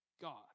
God